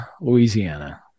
Louisiana